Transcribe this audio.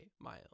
Miles